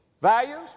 values